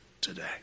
today